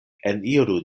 eniru